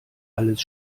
alles